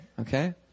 Okay